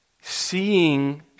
Seeing